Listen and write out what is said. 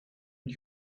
und